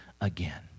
again